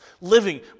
living